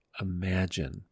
imagine